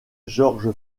george